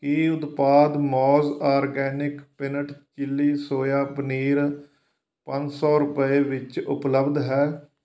ਕੀ ਉਤਪਾਦ ਮੌਜ਼ organic peanut chilli soya paneer ਪੰਜ ਸੌ ਰੁਪਏ ਵਿੱਚ ਉਪਲੱਬਧ ਹੈ